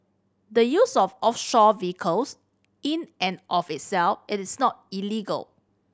the use of offshore vehicles in and of itself it is not illegal